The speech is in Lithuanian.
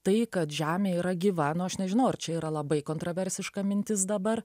tai kad žemė yra gyva nu aš nežinau ar čia yra labai kontraversiška mintis dabar